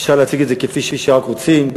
אפשר להציג את זה כפי שרק רוצים.